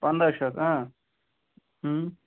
پنٛداہ شَتھ ٲں